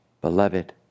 beloved